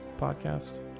Podcast